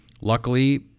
Luckily